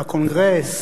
בקונגרס,